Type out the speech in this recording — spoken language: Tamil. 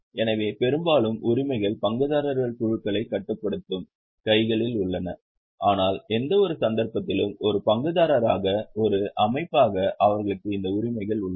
எனவே பெரும்பாலும் உரிமைகள் பங்குதாரர் குழுக்களைக் கட்டுப்படுத்தும் கைகளில் உள்ளன ஆனால் எந்தவொரு சந்தர்ப்பத்திலும் ஒரு பங்குதாரராக ஒரு அமைப்பாக அவர்களுக்கு இந்த உரிமைகள் உள்ளன